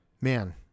man